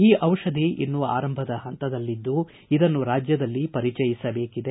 ಈ ಜಿಷಧಿ ಇನ್ನೂ ಆರಂಭದ ಪಂತದಲ್ಲಿದ್ದು ಇದನ್ನು ರಾಜ್ಯದಲ್ಲಿ ಪರಿಚಯಿಸಬೇಕಿದೆ